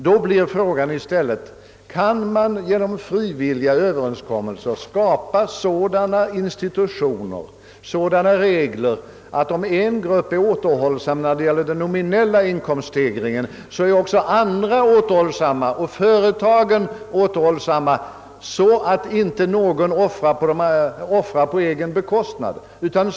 Då blir frågan: Kan man inte i stället genom frivilliga överenskommelser skapa sådana regler att om en grupp är återhållsam när det gäller den nominella inkomststegringen, kommer också andra grupper liksom företagen att vara återhållsamma?